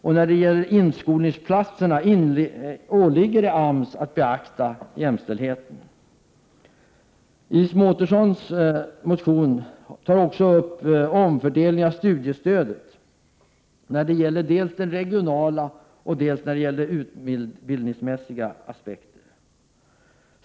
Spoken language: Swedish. Även när det gäller inskolningsplatser åligger det AMS att beakta jämställdheten. I Iris Mårtenssons m.fl. motion tas också fördelning av studiestödet upp både när det gäller regionala och utbildningsmässiga aspekter.